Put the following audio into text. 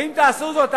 ואם תעשו זאת,